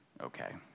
okay